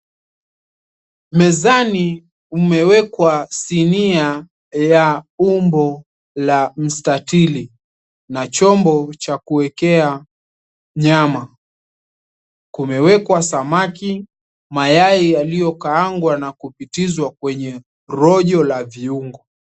Mezani umewekwa sinia ya umbo la mstatili na chombo cha kuwekea nyama. Kumewekwa samaki, mayai yaliyokaangwa na kupitizwa kwenye rojo la viungo.